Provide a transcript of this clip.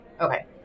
Okay